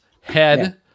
head